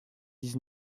dix